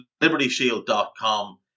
LibertyShield.com